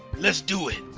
let's do it!